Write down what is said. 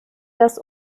das